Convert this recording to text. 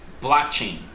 blockchain